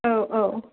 औ औ